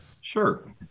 Sure